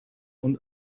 und